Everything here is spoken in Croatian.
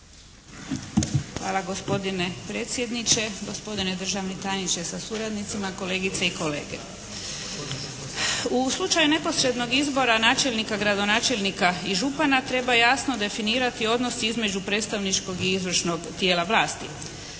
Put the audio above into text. Hvala. Gospodine predsjedniče, gospodine državni tajniče sa suradnicima, kolegice i kolege. U slučaju neposrednog izbora načelnika, gradonačelnika i župana treba jasno definirati odnos između predstavničkog i izvršnog tijela vlasti.